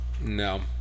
No